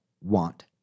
want